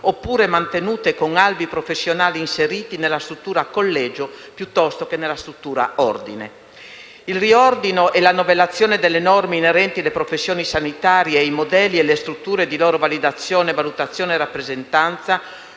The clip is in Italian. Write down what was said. oppure con albi professionali inseriti nella struttura collegio, piuttosto che in quella di ordine. Il riordino e la novellazione delle norme inerenti alle professioni sanitarie e i modelli e le strutture di loro validazione, valutazione e rappresentanza,